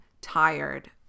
tired